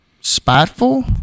spiteful